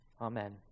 Amen